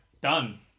done